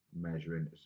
measuring